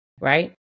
Right